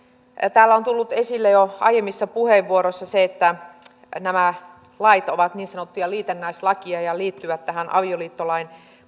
täällä on tullut esille jo aiemmissa puheenvuoroissa se että nämä lait ovat niin sanottuja liitännäislakeja ja liittyvät tähän avioliittolain